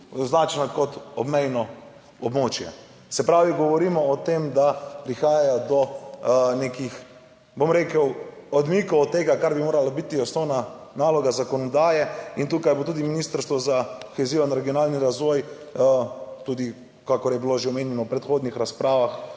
označena kot obmejno območje. Se pravi, govorimo o tem, da prihaja do nekih, bom rekel, odmikov od tega, kar bi morala biti osnovna naloga zakonodaje in tukaj bo tudi Ministrstvo za kohezijo in regionalni razvoj tudi, kakor je bilo že omenjeno v predhodnih razpravah,